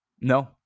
No